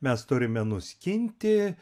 mes turime nuskinti